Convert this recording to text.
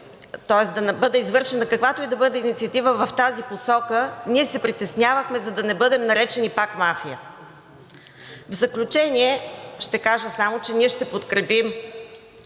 да не бъде извършена каквато и да е инициатива в тази посока, ние се притеснявахме, за да не бъдем наречени пак мафия. В заключение ще кажа само, че ние ще подкрепим